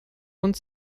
und